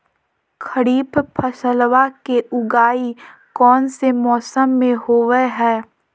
खरीफ फसलवा के उगाई कौन से मौसमा मे होवय है?